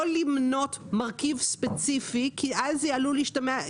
למנות מרכיב ספציפי כי אז זה עלול להשתמע,